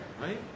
right